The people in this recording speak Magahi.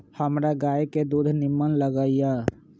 हमरा गाय के दूध निम्मन लगइय